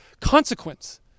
consequence